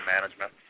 management